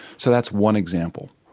so that's one example.